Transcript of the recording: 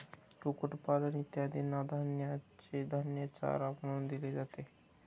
कुक्कुटपालन इत्यादींना धान्याचे धान्य चारा म्हणून दिले जाते